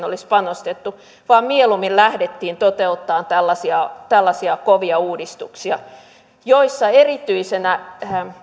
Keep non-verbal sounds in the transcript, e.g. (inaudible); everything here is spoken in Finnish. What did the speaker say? (unintelligible) olisi panostettu vaan mieluummin lähdettiin toteuttamaan tällaisia tällaisia kovia uudistuksia joissa erityisenä